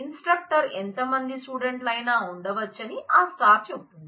instructor ఎంత మంది స్టూడెంట్లు అయినా ఉండవచ్చని ఆ స్టార్ చెబుతుంది